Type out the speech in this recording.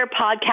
podcast